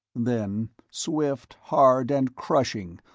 then, swift, hard and crushing,